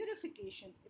purification